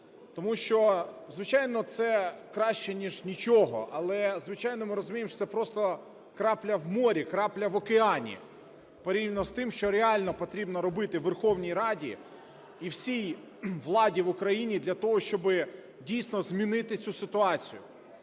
тому що, звичайно, це краще ніж нічого. Але, звичайно, ми розуміємо, що це просто крапля в морі, крапля в океані порівняно з тим, що реально потрібно робити Верховній Раді і всій владі в Україні для того, щоб, дійсно, змінити цю ситуацію.